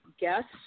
guests